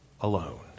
alone